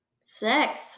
Six